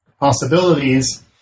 possibilities